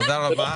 תודה רבה.